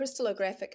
crystallographic